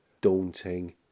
daunting